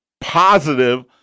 positive